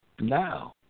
now